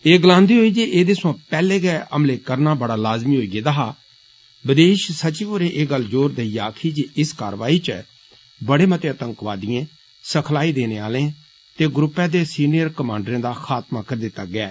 एह गलान्दे होई जे एदे सवां पैहले गै हफ्ते करना बड़ा लाज़मी होई गेदा हा विदेष सचिव होरें एह् गल्ल जोर देइयै आक्खी जे इस कारवाई च बड़े मते आतंकवादिएं सखलाई देने आलें ते ग्रुपै दे सीनियर कमाडरें दा खात्मा करी दिता गेआ ऐ